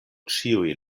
ĉiuj